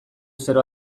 zero